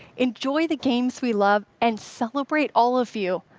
enjoy the games we love, and celebrate all of you,